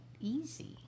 easy